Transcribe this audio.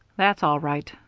that's all right.